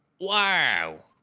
Wow